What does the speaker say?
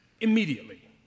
Immediately